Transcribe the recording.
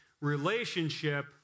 relationship